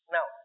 Now